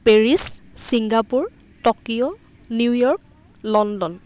Paris Singapore Tokyo New York London